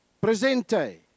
Presente